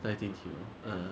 在地铁 uh